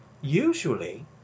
Usually